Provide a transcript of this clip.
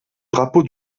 drapeau